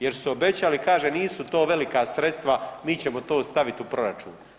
Jer su obećali, kaže nisu to velika sredstva, mi ćemo to stavit u proračun.